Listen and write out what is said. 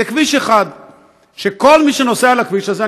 זה כביש 1. כל מי שנוסע על הכביש הזה,